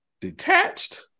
detached